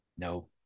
No